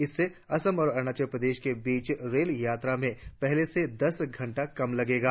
इससे असम और अरुणाचल प्रदेश के बीच रेलयात्रा में पहले से दस घंटे कम लगेंगे